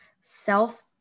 self